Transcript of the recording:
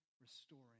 restoring